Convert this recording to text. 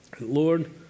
Lord